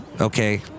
Okay